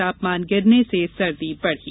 तापमान गिरने से सर्दी बढ़ी